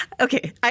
Okay